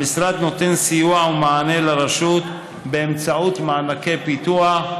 המשרד נותן סיוע ומענה לרשות באמצעות מענקי פיתוח,